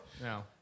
No